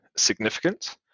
significant